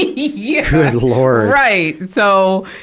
yeah! good lord! right! so,